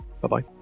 Bye-bye